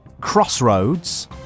Crossroads